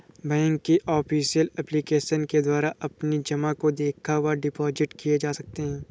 bank की official application के द्वारा अपनी जमा को देखा व डिपॉजिट किए जा सकते हैं